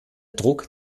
druck